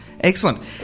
Excellent